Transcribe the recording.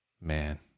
man